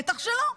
בטח שלא.